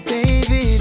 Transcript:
Baby